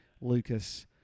Lucas